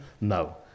No